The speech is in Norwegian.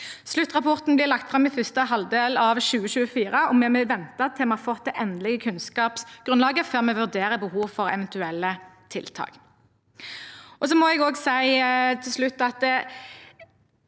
Sluttrappor ten blir lagt fram i første halvdel av 2024, og vi vil vente til vi har fått det endelige kunnskapsgrunnlaget før vi vurderer behovet for eventuelle tiltak.